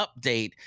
update